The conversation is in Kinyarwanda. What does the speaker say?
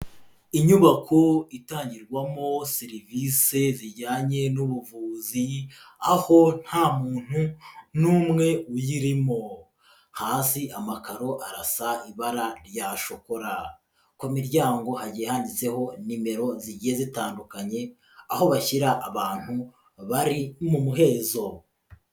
Inyubako itangirwamo serivise zijyanye n'ubuvuzi aho nta muntu n'umwe uyirimo. Hasi amakaro arasa ibara rya shokora, ku miryango hagiye haditseho nimero zigiye zitandukanye aho bashyira abantu bari mu muhezo.